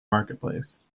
marketplace